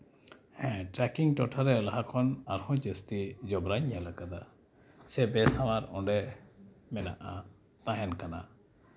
ᱦᱮᱸ ᱴᱨᱮᱠᱤᱝ ᱴᱚᱴᱷᱟ ᱨᱮᱭᱟᱜ ᱞᱟᱦᱟ ᱠᱷᱚᱱ ᱟᱨᱦᱚᱸ ᱡᱟᱹᱥᱛᱤ ᱡᱚᱵᱽᱨᱟᱧ ᱧᱮᱞ ᱠᱟᱫᱟ ᱥᱮ ᱵᱮᱥᱟᱶᱟᱨ ᱚᱸᱰᱮ ᱢᱮᱱᱟᱜᱼᱟ ᱛᱟᱦᱮᱱ ᱠᱟᱱᱟ